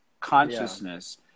consciousness